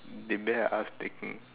the bear ask the king